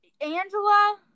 Angela